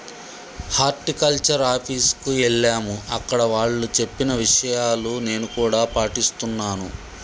horticulture office కు ఎల్లాము అక్కడ వాళ్ళు చెప్పిన విషయాలు నేను కూడా పాటిస్తున్నాను